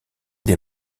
des